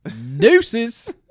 Deuces